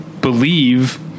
believe